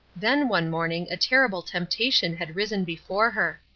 then one morning a terrible temptation had risen before her.